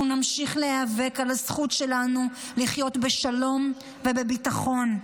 אנחנו נמשיך להיאבק על הזכות שלנו לחיות בשלום ובביטחון.